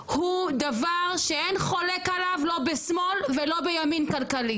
הוא דבר שאין חולק עליו לא בשמאל ולא בימין כלכלי.